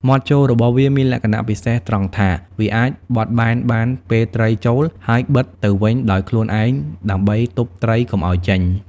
មាត់ចូលរបស់វាមានលក្ខណៈពិសេសត្រង់ថាវាអាចបត់បែនបានពេលត្រីចូល ហើយបិទទៅវិញដោយខ្លួនឯងដើម្បីទប់ត្រីកុំឲ្យចេញ។